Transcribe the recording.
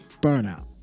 burnout